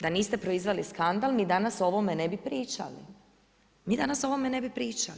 Da niste proizveli skandal, mi danas o ovome ne bi pričali, mi danas o ovome ne bi pričali.